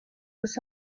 was